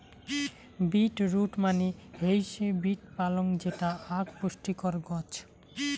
beet root মানে হৈসে beet পালং যেটা আক পুষ্টিকর গছ